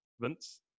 Vince